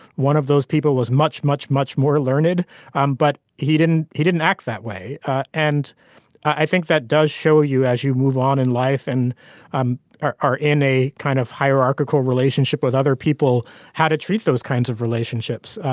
one of those people was much much much more learned um but he didn't he didn't act that way and i think that does show you as you move on in life and um are are in a kind of hierarchical relationship with other people how to treat those kinds of relationships.